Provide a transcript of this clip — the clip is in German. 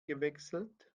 gewechselt